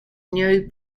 new